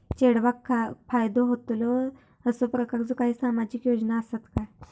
चेडवाक फायदो होतलो असो प्रकारचा काही सामाजिक योजना असात काय?